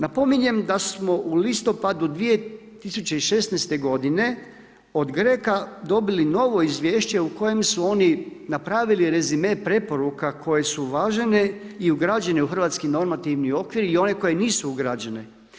Napominjem da smo u listopadu 2016. godine od GREC-a dobili novo izvješće u kojem su oni napravili rezime preporuka koje su uvažene i ugrađene u hrvatski normativni okvir i one koje nisu ugrađene.